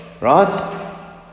Right